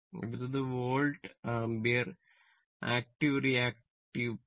അടുത്തത് volt ampere